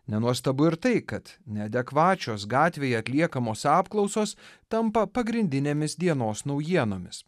nenuostabu ir tai kad neadekvačios gatvėje atliekamos apklausos tampa pagrindinėmis dienos naujienomis